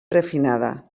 refinada